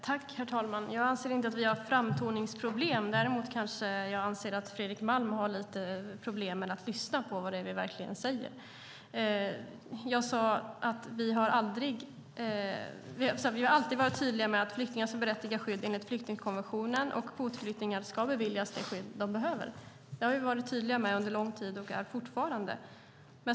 Herr talman! Jag anser inte att vi har framtoningsproblem. Däremot anser jag kanske att Fredrik Malm har lite problem att lyssna på det vi verkligen säger. Jag sade att vi alltid varit tydliga med att flyktingar som är berättigade till skydd enligt flyktingkonventionen och kvotflyktingar ska beviljas det skydd de behöver. Det har vi varit tydliga med under lång tid och är fortfarande.